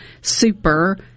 Super